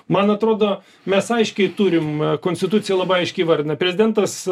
man atrodo mes aiškiai turim konstituciją labai aiškiai įvardina prezidentas